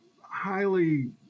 highly